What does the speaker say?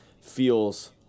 feels